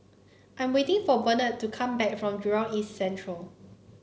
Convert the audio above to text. I'm waiting for Benard to come back from Jurong East Central